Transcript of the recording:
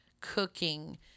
cooking